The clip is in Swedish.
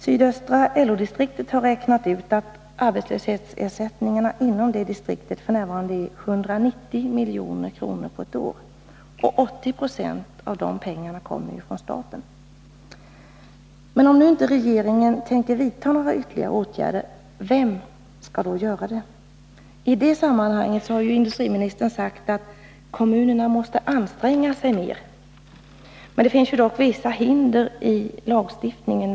Sydösta LO-distriktet har räknat ut att arbets löshetsersättningarna inom det distriktet f. n. uppgår till 190 milj.kr. på ett år. 80 20 av dessa pengar kommer från staten. Om nu regeringen inte tänker vidta några ytterligare åtgärder, vem skall då göra det? I detta sammanhang har industriministern sagt att kommunerna måste anstränga sig mera. Men det finns vissa hinder i lagstiftningen.